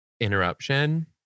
interruption